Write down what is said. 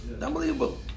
Unbelievable